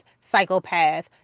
psychopath